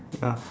ya